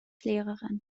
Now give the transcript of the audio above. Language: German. lehrerin